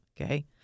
Okay